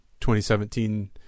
2017